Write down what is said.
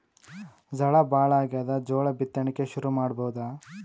ಝಳಾ ಭಾಳಾಗ್ಯಾದ, ಜೋಳ ಬಿತ್ತಣಿಕಿ ಶುರು ಮಾಡಬೋದ?